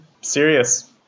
serious